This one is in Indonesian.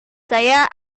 saya